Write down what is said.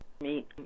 meet